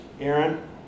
Aaron